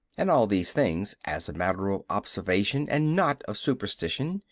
and all these things, as a matter of observation and not of superstition,